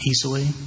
easily